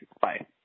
Bye